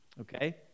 okay